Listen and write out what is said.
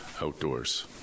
outdoors